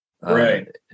Right